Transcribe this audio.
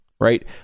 right